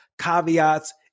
caveats